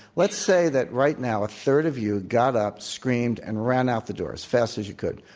let's say that right now a third of you got up, screamed, and ran out the door as fast as you could.